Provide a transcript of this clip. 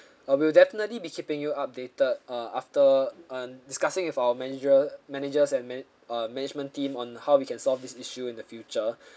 uh we'll definitely be keeping you updated uh after um discussing with our manager managers and manage uh management team on how we can solve this issue in the future